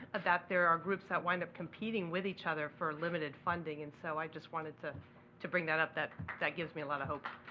that there are groups that wind up competing with each other for limited funding, and so i just wanted to to bring that up. that that gives me a lot of hope.